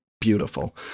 beautiful